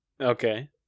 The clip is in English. Okay